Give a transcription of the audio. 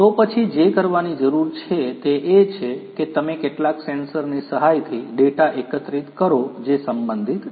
તો પછી જે કરવાની જરૂર છે તે એ છે કે તમે કેટલાક સેન્સરની સહાયથી ડેટા એકત્રિત કરો જે સંબંધિત છે